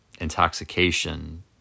intoxication